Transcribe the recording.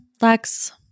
Lex